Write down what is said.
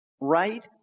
right